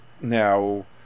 Now